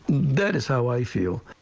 that is how i feel.